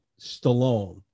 Stallone